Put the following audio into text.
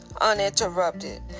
uninterrupted